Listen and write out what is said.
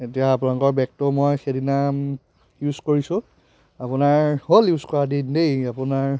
এতিয়া আপোনালোকৰ বেগটো মই সেইদিনা ইউজ কৰিছোঁ আপোনাৰ হ'ল ইউজ কৰা দিন দেই আপোনাৰ